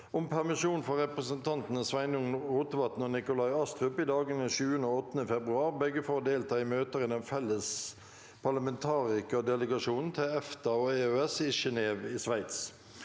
om permisjon for representantene Sveinung Rotevatn og Nikolai Astrup i dagene 7. og 8. februar, begge for å delta i møter i den felles parlamentarikerdelegasjonen til EFTA og EØS i Genève, Sveits